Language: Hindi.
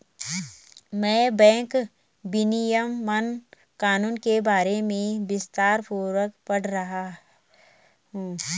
मैं बैंक विनियमन कानून के बारे में विस्तारपूर्वक पढ़ रहा हूं